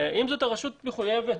עם זאת הרשות מחויבת,